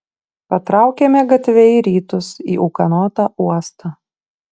patraukėme gatve į rytus į ūkanotą uostą